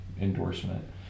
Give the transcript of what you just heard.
endorsement